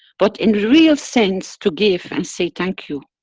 but in real sense to give and say thank you,